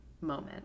moment